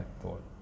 thought